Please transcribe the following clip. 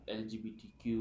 lgbtq